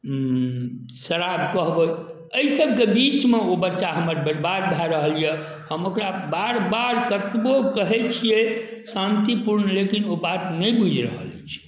शराब कहबै एहिसबके बीचमे ओ बच्चा हमर बरबाद भऽ रहल अइ हम ओकरा बेर बेर कतबो कहै छिए शान्तिपूर्ण लेकिन ओ बात नहि बुझि रहल अछि